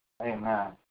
Amen